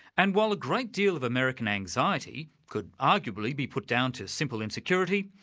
and while a great deal of american anxiety could arguably be put down to simple insecurity,